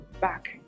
back